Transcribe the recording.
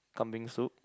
kambing soup